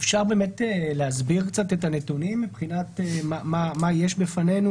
אפשר להסביר קצת את הנתונים מבחינת מה יש בפנינו?